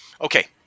Okay